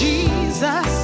Jesus